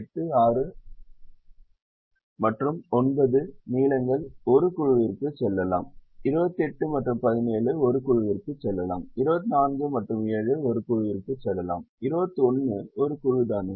8 6 மற்றும் 9 நீளங்கள் 1 குழுவிற்கு செல்லலாம் 28 மற்றும் 17 1 குழுவிற்கு செல்லலாம் 24 மற்றும் 7 1 குழுவிற்கு செல்லலாம் 21 ஒரு குழு தானே